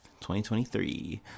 2023